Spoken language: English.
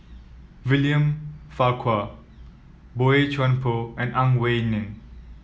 William Farquhar Boey Chuan Poh and Ang Wei Neng